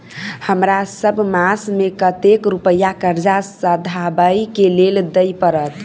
हमरा सब मास मे कतेक रुपया कर्जा सधाबई केँ लेल दइ पड़त?